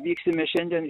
vyksime šiandien